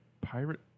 pirate